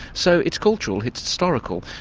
so it's cultural, it's historical,